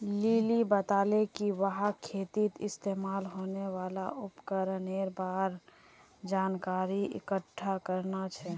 lily बताले कि वहाक खेतीत इस्तमाल होने वाल उपकरनेर बार जानकारी इकट्ठा करना छ